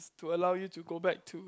to allow you to go back to